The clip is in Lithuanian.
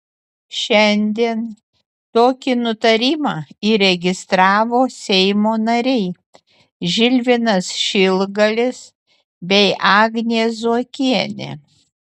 šiandien tokį nutarimą įregistravo seimo nariai žilvinas šilgalis bei agnė zuokienė